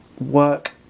work